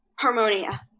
Harmonia